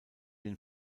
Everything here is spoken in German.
den